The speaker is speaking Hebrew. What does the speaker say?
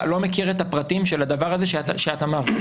מכיר את הפרטים של הדבר הזה שאת אמרת.